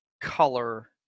color